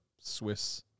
Swiss